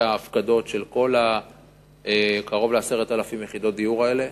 ההפקדות של קרוב ל-10,000 יחידות הדיור האלה